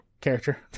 character